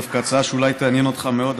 דווקא הצעה שאולי תעניין אותך מאוד,